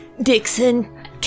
Dixon